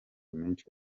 menshi